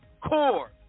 Core